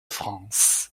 france